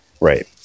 Right